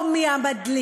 לחקור מי המדליף,